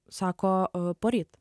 sako poryt